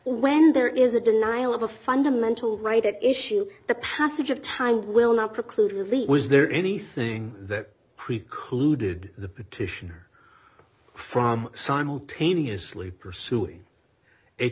when there is a denial of a fundamental right at issue the passage of time will not preclude movie was there anything that precluded the petition from simultaneously pursuing